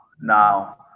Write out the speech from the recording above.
now